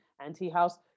anti-house